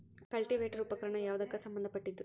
Cultivator ಉಪಕರಣ ಯಾವದಕ್ಕ ಸಂಬಂಧ ಪಟ್ಟಿದ್ದು?